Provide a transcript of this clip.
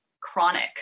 chronic